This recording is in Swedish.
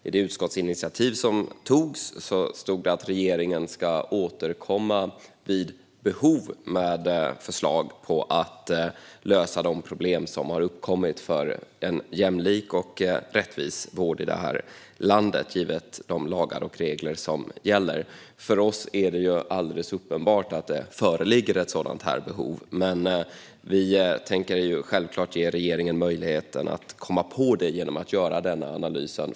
I det utskottsinitiativ som togs stod det att regeringen vid behov ska återkomma med förslag om att lösa de problem som har uppkommit för en jämlik och rättvis vård i det här landet givet de lagar och regler som gäller. För oss är det alldeles uppenbart att det föreligger ett sådant behov, men vi tänker självklart ge regeringen möjligheten att komma på det genom att först göra denna analys.